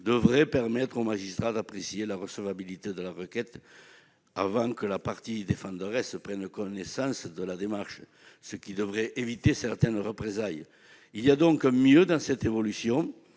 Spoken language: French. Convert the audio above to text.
devrait permettre au magistrat d'apprécier la recevabilité de la requête, avant que la partie défenderesse ne prenne connaissance de la démarche, ce qui devrait éviter certaines représailles. Il y a un mieux dans cette évolution,